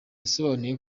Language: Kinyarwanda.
yasobanuye